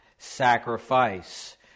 sacrifice